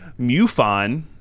MUFON